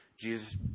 Jesus